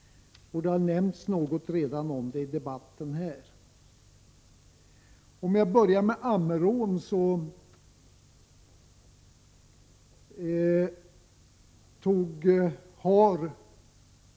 Det har redan nämnts något om detta i debatten här i kväll. Jag börjar med Ammerån.